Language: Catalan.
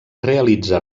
realitza